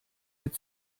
mit